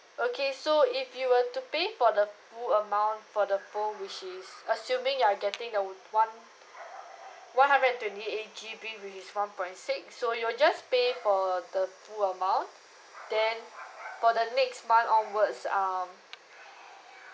okay so if you were to pay for the full amount for the phone which is assuming you're getting the one one hundred and twenty eight G_B which is one point six so you'll just pay for the full amount then for the next month onwards um